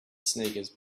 sneakers